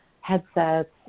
headsets